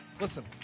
Listen